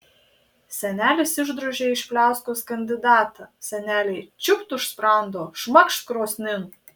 senelis išdrožė iš pliauskos kandidatą senelė čiūpt už sprando šmakšt krosnin